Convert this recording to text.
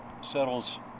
settles